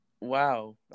wow